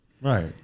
right